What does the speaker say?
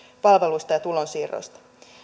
palveluista ja tulonsiirroista